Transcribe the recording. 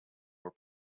were